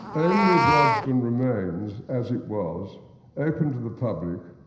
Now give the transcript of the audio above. only waddesdon remains as it was open to the public,